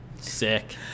Sick